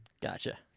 gotcha